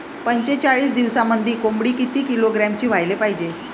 पंचेचाळीस दिवसामंदी कोंबडी किती किलोग्रॅमची व्हायले पाहीजे?